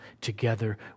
together